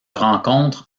rencontre